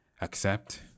accept